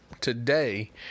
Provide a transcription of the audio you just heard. today